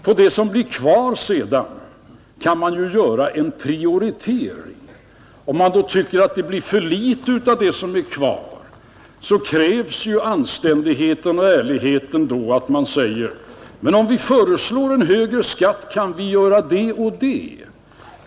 På det som sedan blir kvar kan man göra en prioritering. Om man då tycker att det blir för litet kvar kräver ju anständigheten och ärligheten att man säger: Om vi föreslår högre skatt kan vi göra det och det.